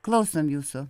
klausom jūsų